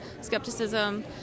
skepticism